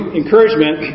encouragement